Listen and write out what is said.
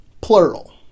Plural